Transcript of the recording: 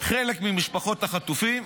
חלק ממשפחות החטופים,